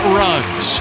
runs